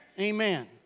Amen